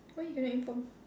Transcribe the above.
why you cannot inform